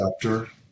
chapter